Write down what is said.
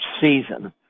season